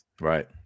Right